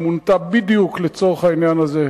שמונתה בדיוק לצורך העניין הזה,